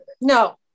no